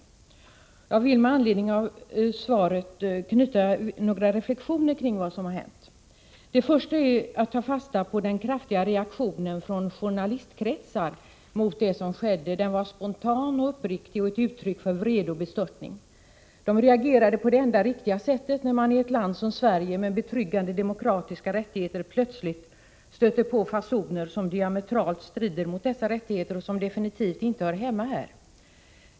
Jag vill med anledning av svaret knyta några reflexioner till det som hänt. För det första vill jag ta fasta på den kraftiga reaktionen från journalistkretsar mot det som skedde. Den var spontan och uppriktig och ett uttryck för vrede och bestörtning. Man reagerade på det enda riktiga sättet när man i ett land som Sverige, med betryggande demokratiska rättigheter, plötsligt stöter på fasoner som diametralt strider mot dessa rättigheter och som absolut inte hör hemma här.